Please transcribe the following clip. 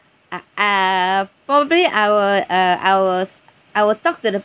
uh uh probably I would uh I will I will talk to the